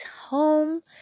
home